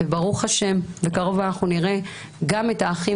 ברוך השם בקרוב אנחנו נראה גם את האחים